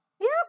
Yes